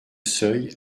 seuil